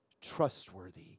trustworthy